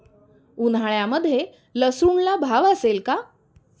उन्हाळ्यामध्ये लसूणला भाव असेल का?